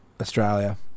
Australia